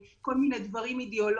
זה לא הקריטריון הנבון ביותר,